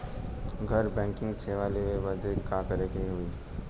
घर बैकिंग सेवा लेवे बदे का करे के होई?